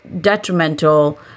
detrimental